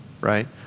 right